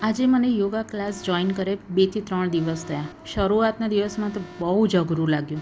આજે મને yoga class join કર્યે બે થી ત્રણ દિવસ થયા શરૂઆતના દિવસમાં તો બહુ જ અઘરું લાગ્યું